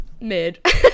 mid